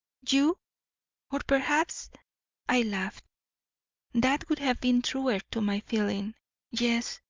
you or perhaps i laughed that would have been truer to my feeling yes,